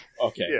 okay